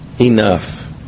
enough